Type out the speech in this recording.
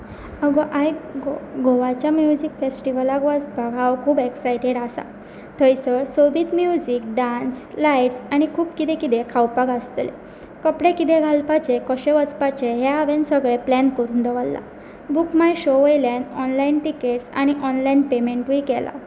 गो आय गोवाच्या म्युजीक फेस्टिवलाक वचपाक हांव खूब एक्सायटेड आसा थंयसर सोबीत म्युजीक डांस लायट्स आनी खूब कितें कितें खावपाक आसतलें कपडे कितेें घालपाचे कशें वचपाचें हें हांवें सगळें प्लॅन करून दवरलां बूक माय शो वयल्यान ऑनलायन टिकेट्स आनी ऑनलायन पेमेंटूय केलां